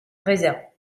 réserves